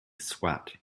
sweat